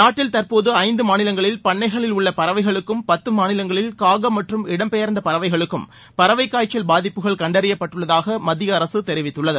நாட்டில் தற்போது ஐந்து மாநிலங்களில் பண்ணைகளில் உள்ள பறவைகளுக்கும் பத்து மாநிலங்களில் காகம் மற்றும் இடம்பெயர்ந்த பறவைகளுக்கும் பறவைக் காய்ச்சல் பாதிப்புகள் கண்டறியப்பட்டுள்ளதாக மத்திய அரசு தெரிவித்துள்ளது